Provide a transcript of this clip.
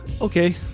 Okay